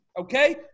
Okay